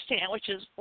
sandwiches